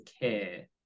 care